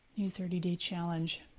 new thirty day challenge.